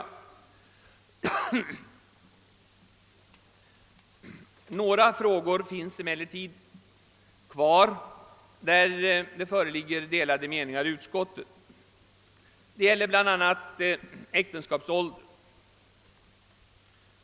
I några frågor föreligger det dock delade meningar inom utskottet, bl.a. beträffande äktenskapsåldern.